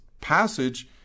passage